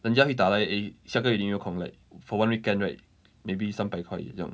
人家会打来 eh 下个月你有没有空 like for one weekend right maybe 三百块这样